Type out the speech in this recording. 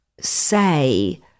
say